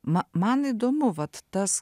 ma man įdomu vat tas